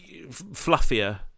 fluffier